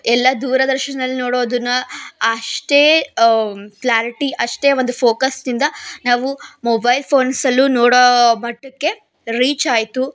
ಎಲ್ಲ ದೂರದರ್ಶನಲ್ಲಿ ನೋಡೋದನ್ನು ಅಷ್ಟೇ ಕ್ಲಾರಿಟಿ ಅಷ್ಟೇ ಒಂದು ಫೋಕಸ್ನಿಂದ ನಾವು ಮೊಬೈಲ್ ಫೋನ್ಸಲ್ಲೂ ನೋಡೋ ಮಟ್ಟಕ್ಕೆ ರೀಚ್ ಆಯಿತು